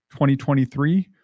2023